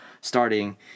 starting